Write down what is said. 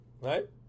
Right